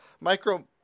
micro